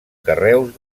carreus